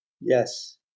Yes